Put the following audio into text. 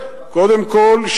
קודם כול,